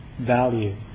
value